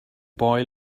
boy